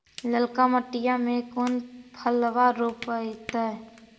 ललका मटीया मे कोन फलबा रोपयतय?